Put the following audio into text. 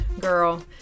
Girl